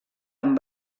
amb